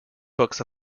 books